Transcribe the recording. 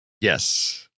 Yes